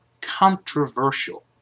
controversial